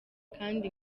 kandi